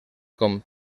com